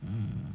mm